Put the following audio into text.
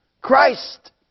Christ